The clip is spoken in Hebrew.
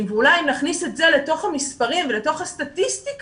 ואולי אם נכניס את זה לתוך המספרים ולתוך הסטטיסטיקה,